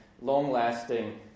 long-lasting